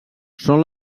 són